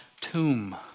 tomb